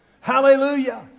Hallelujah